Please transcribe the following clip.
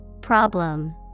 Problem